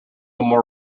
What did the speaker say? more